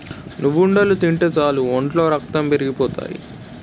నువ్వుండలు తింటే సాలు ఒంట్లో రక్తం పెరిగిపోతాయి